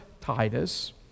Titus